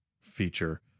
feature